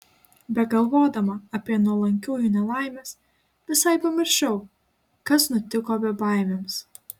begalvodama apie nuolankiųjų nelaimes visai pamiršau kas nutiko bebaimiams